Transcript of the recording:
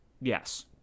Yes